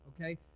okay